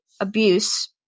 abuse